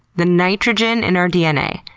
the nitrogen in our dna,